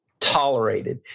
tolerated